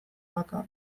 dakar